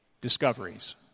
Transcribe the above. discoveries